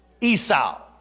Esau